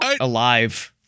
alive